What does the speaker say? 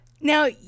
Now